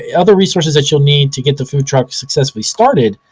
other resources that you'll need to get the food truck successfully started.